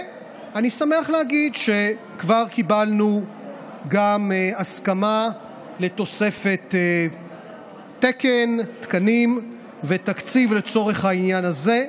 אני שמח להגיד שכבר קיבלנו הסכמה לתוספת תקנים ותקציב לצורך העניין הזה,